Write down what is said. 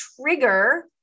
trigger